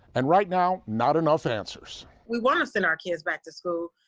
and right now, not enough answers. we want to send our kids back to school.